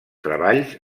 treballs